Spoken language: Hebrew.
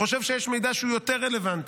הוא חושב שיש מידע שהוא יותר רלוונטי.